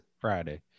Friday